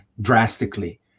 drastically